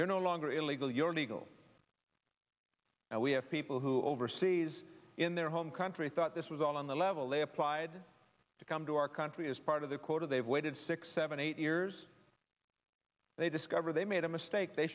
you're no longer illegal your legal now we have people who overseas in their home country thought this was all on the level they applied to come to our country as part of the quota they've waited six seven eight years they discover they made a mistake they